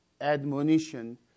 admonition